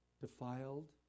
defiled